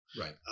right